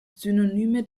synonyme